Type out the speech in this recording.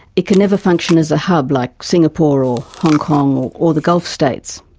it can never function as a hub like singapore, or hong kong or the gulf states.